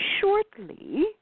shortly